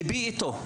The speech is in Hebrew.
ליבי איתו,